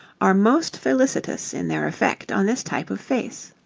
are most felicitous in their effect on this type of face.